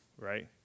right